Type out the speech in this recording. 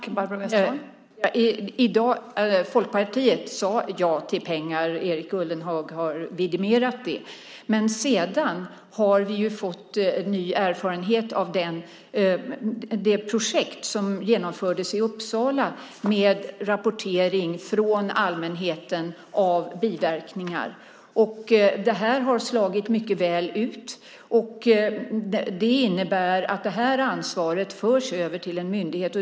Fru talman! Folkpartiet sade ja till pengar. Erik Ullenhag har vidimerat det. Men sedan har vi ju fått ny erfarenhet av det projekt som genomfördes i Uppsala med rapportering från allmänheten av biverkningar. Det här har slagit mycket väl ut. Det innebär att det här ansvaret förs över till en myndighet.